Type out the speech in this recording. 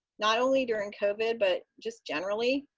not only during covid, but just generally